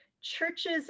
Churches